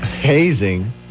Hazing